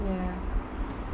ya